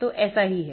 तो ऐसा ही है